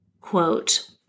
quote